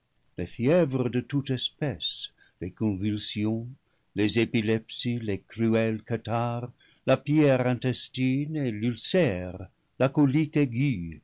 les fièvres de toute espèce les convulsions les épilepsies les cruels catarrhes la pierre intestine et l'ulcère la colique aiguë